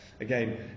Again